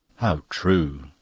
how true!